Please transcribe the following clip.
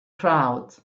crowd